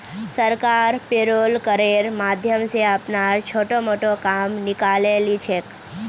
सरकार पेरोल करेर माध्यम स अपनार छोटो मोटो काम निकाले ली छेक